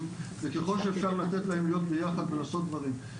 וככול שאפשר לתת להם להיות ביחד ולעשות דברים,